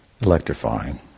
electrifying